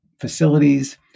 facilities